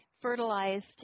fertilized